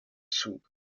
zug